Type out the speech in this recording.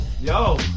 Yo